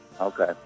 Okay